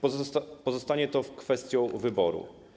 Pozostanie to kwestią wyboru.